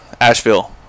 Asheville